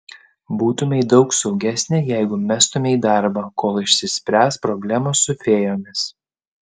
būtumei daug saugesnė jeigu mestumei darbą kol išsispręs problemos su fėjomis